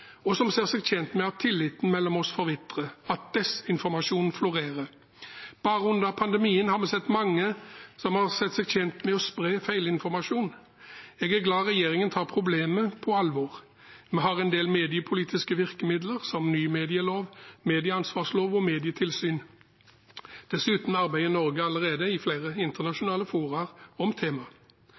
og som ser seg tjent med at tilliten mellom oss forvitrer, at desinformasjon florerer. Bare under pandemien har vi sett mange som har sett seg tjent med å spre feilinformasjon. Jeg er glad regjeringen tar problemet på alvor. Vi har en del mediepolitiske virkemidler, som ny medielov, medieansvarslov og medietilsyn. Dessuten arbeider Norge allerede i flere internasjonale fora om temaet.